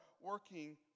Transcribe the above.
working